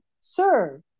Sir